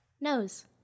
Nose